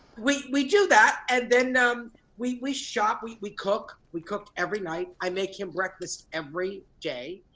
we we do that and then um we we shop, we we cook, we cooked every night, i make him breakfast every day.